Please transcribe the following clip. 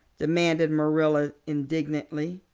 demanded marilla indignantly.